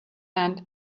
hands